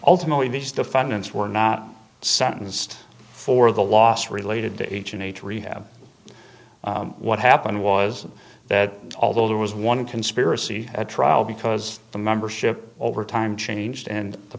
ultimately these defendants were not sentenced for the loss related to each in a to rehab what happened was that although there was one conspiracy at trial because the membership over time changed and the